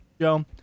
Joe